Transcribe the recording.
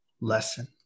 lesson